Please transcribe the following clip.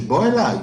שיבוא אלי.